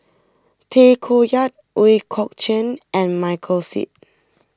Tay Koh Yat Ooi Kok Chuen and Michael Seet